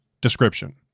Description